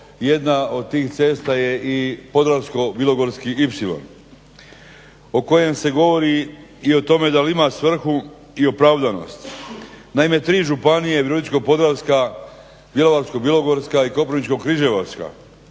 jedna od tih cesta je i Podravsko-bilogorski ipsilon o kojem se govori i o tome da li ima svrhu i opravdanost. Naime tri županije Virovitičko-podravska, Bjelovarsko-bilogorska i Koprivničko-križevačka